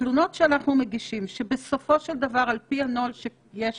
תלונות שאנחנו מגישים שבסופו של דבר על פי הנוהל שיש